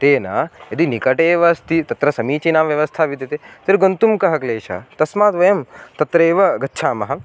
तेन यदि निकटे एव अस्ति तत्र समीचीना व्यवस्था विद्यते तर्हि गन्तुं कः क्लेशः तस्मात् वयं तत्रैव गच्छामः